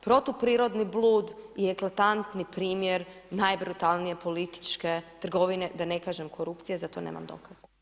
Protuprirodni blud je eklatantni primjer najbrutalnije političke trgovine da ne kažem korupcije, za to nemam dokaza.